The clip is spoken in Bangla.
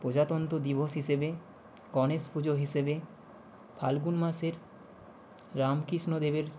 প্রজাতন্ত্র দিবস হিসেবে গণেশ পুজো হিসেবে ফাল্গুন মাসের রামকৃষ্ণদেবের